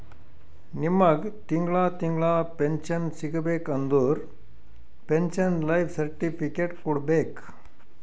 ನಿಮ್ಮಗ್ ತಿಂಗಳಾ ತಿಂಗಳಾ ಪೆನ್ಶನ್ ಸಿಗಬೇಕ ಅಂದುರ್ ಪೆನ್ಶನ್ ಲೈಫ್ ಸರ್ಟಿಫಿಕೇಟ್ ಕೊಡ್ಬೇಕ್